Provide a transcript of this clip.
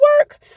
work